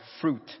fruit